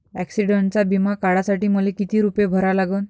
ॲक्सिडंटचा बिमा काढा साठी मले किती रूपे भरा लागन?